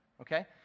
okay